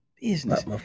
business